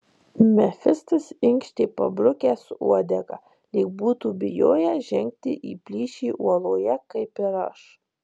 mefistas inkštė pabrukęs uodegą lyg būtų bijojęs žengti į plyšį uoloje kaip ir aš